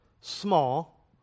small